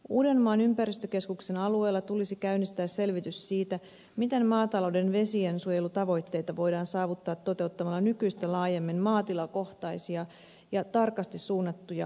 uudenmaan ympäristökeskuksen alueella tulisi käynnistää selvitys siitä miten maatalouden vesiensuojelutavoitteita voidaan saavuttaa toteuttamalla nykyistä laajemmin maatilakohtaisia ja tarkasti suunnattuja alueellisia toimenpiteitä